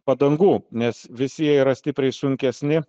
padangų nes visi jie yra stipriai sunkesni